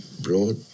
broad